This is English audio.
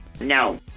No